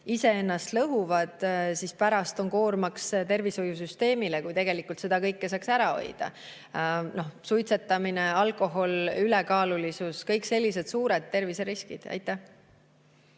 iseennast ei lõhuks ja ei oleks pärast koormaks tervishoiusüsteemile, kui tegelikult seda kõike saaks ära hoida. Suitsetamine, alkohol, ülekaalulisus – need on kõik suured terviseriskid. Aitäh!